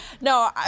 no